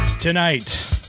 Tonight